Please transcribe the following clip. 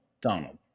Donald